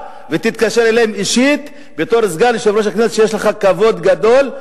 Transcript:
ותתקשר אליהם אישית בתור סגן יושב-ראש הכנסת שיש לך כבוד גדול.